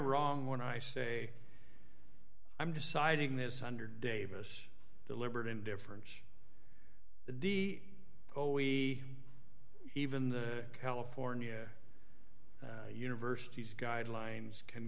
wrong when i say i'm deciding this under davis deliberate indifference the d o we even the california universities guidelines can